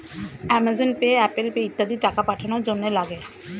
Amazon Pay, Apple Pay ইত্যাদি টাকা পাঠানোর জন্যে লাগে